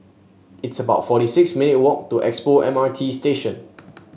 it's about forty six minute walk to Expo M R T Station